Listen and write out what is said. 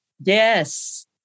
Yes